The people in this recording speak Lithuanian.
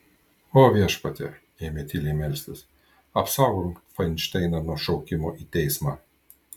o viešpatie ėmė tyliai melstis apsaugok fainšteiną nuo šaukimo į teismą